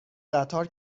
قطار